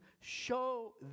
show